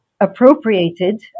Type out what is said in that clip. appropriated